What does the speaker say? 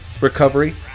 recovery